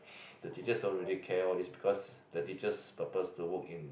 the teachers don't really care all these because the teachers' purpose to work in